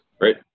Right